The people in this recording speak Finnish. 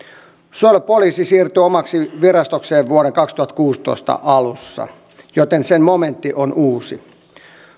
suojelupoliisi siirtyy omaksi virastokseen vuoden kaksituhattakuusitoista alussa joten sen momentti on uusi